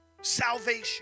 Salvation